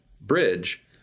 bridge